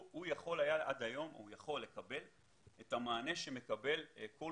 עד היום הוא יכול לקבל את המענה שמקבל כל